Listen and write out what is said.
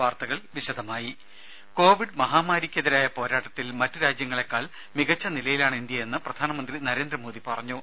വാർത്തകൾ വിശദമായി കോവിഡ് മഹാമാരിക്കെതിരായ പോരാട്ടത്തിൽ മറ്റു രാജ്യങ്ങളേക്കാൾ മികച്ച നിലയിലാണ് ഇന്ത്യയെന്ന് പ്രധാനമന്ത്രി നരേന്ദ്രമോദി പറഞ്ഞു